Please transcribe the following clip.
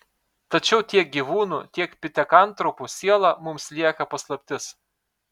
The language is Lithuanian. tačiau tiek gyvūnų tiek pitekantropų siela mums lieka paslaptis